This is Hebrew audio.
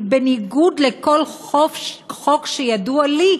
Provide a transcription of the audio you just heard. בניגוד לכל חוק שידוע לי,